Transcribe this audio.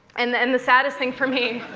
and and the saddest thing for me.